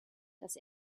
das